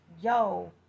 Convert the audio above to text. yo